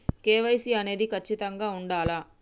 KYC అనేది ఖచ్చితంగా ఉండాలా?